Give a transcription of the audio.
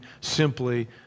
simply